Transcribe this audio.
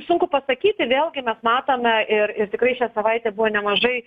sunku pasakyti vėlgi mes matome ir ir tikrai šią savaitę buvo nemažai